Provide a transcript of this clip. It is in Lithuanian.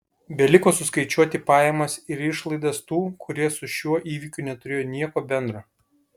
beliko suskaičiuoti pajamas ir išlaidas tų kurie su šiuo įvykiu neturėjo nieko bendro